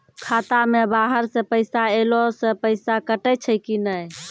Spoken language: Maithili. खाता मे बाहर से पैसा ऐलो से पैसा कटै छै कि नै?